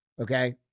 Okay